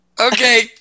Okay